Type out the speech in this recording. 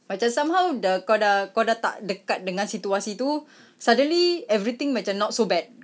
macam somehow dah kau dah kau dah tak dekat dengan situasi itu suddenly everything macam not so bad